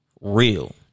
real